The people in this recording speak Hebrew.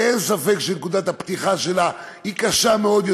אין ספק שנקודת הפתיחה שלה היא קשה מאוד,